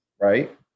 Right